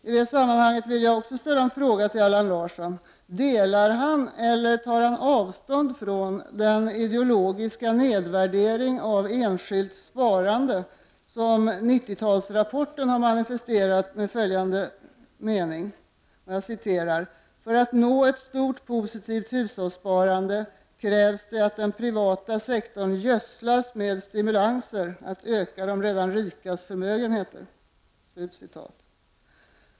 I detta sammanhang vill jag fråga Allan Larsson: Delar han eller tar han avstånd ifrån den ideologiska nedvärdering av enskilt sparande som 90-talsrapporten har manifesterat på följande sätt: ”För att nå ett stort, positivt hushållssparande krävs det att den privata sektorn gödslas med stimulanser att öka de redan rikas förmögenheter”.